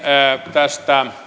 tästä